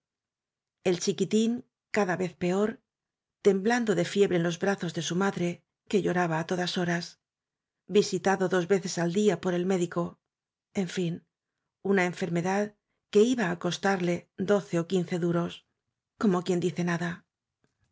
el chiquitín cada vez peor temblando de fiebre en los brazos de su madre que lloraba á todas horas visitado dos veces al día por el médico en fin una enfermedad que iba á costarle doce ó quince duros como quien dice nada